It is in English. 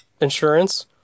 insurance